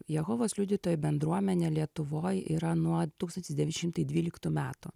jehovos liudytojų bendruomenė lietuvoj yra nuo tūkstantis devyni šimtai dvyliktų metų